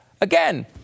Again